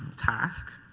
task.